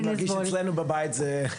אני מרגיש אצלנו בבית.